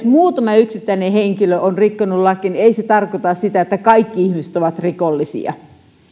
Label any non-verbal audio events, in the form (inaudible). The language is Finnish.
(unintelligible) muutama yksittäinen henkilö on rikkonut lakia niin ei se tarkoita sitä että kaikki ihmiset ovat rikollisia